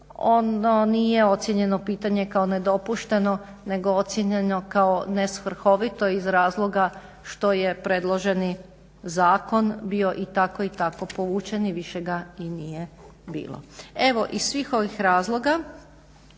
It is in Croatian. ono nije ocijenjeno pitanje kao nedopušteno, nego ocijenjeno kao nesvrhovito iz razloga što je predloženi zakon bio i tako i tako povučen i više ga i nije bilo. Evo i iz svih ovih razloga